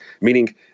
meaning